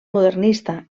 modernista